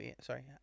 sorry